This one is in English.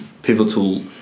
pivotal